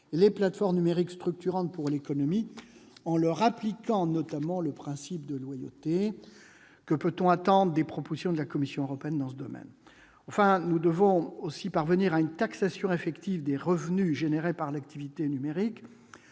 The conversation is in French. les plateformes numériques structurantes pour l'économie, en leur appliquant notamment le principe de loyauté. Que peut-on attendre des propositions de la Commission européenne dans ce domaine ? Nous devons aussi parvenir à une taxation effective des revenus créés par l'activité numérique,